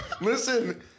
Listen